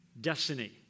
destiny